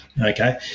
Okay